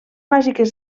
bàsiques